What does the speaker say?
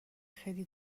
خیلی